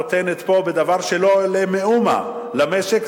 נותנת פה בדבר שלא עולה מאומה למשק,